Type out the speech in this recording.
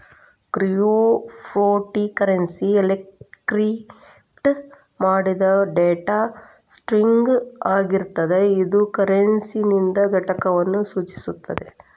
cryptocurrency encrypt ಮಾಡಿದ್ data string ಆಗಿರ್ತದ ಇದು ಕರೆನ್ಸಿದ್ ಘಟಕವನ್ನು ಸೂಚಿಸುತ್ತದೆ